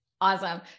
Awesome